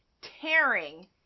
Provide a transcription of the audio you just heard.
tearing